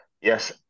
Yes